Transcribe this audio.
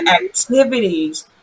activities